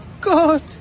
God